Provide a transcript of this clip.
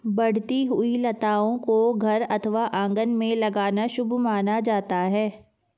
बढ़ती हुई लताओं को घर अथवा आंगन में लगाना शुभ माना जाता है